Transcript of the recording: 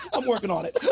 i'm working on it.